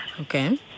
Okay